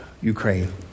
Ukraine